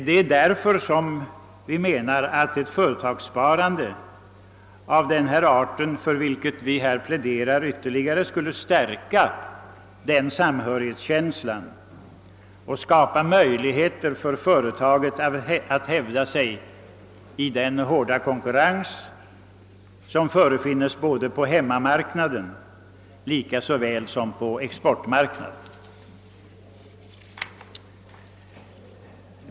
Det är därför som vi menar att ett företagssparande av den art som vi pläderar för skulle ytterligare stärka samhörighetskänslan och skapa möjligheter för företaget att hävda sig i den hårda konkurrens som finns såväl på hemmamarknaden som på exportmarknaden.